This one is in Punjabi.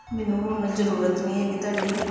ਮੈਨੂੰ ਹੁਣ ਜ਼ਰੂਰਤ ਨਹੀਂ ਹੈਗੀ ਤੁਹਾਡੀ